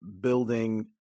building